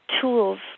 tools